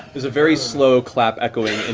there's a very slow clap echoing